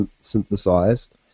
synthesized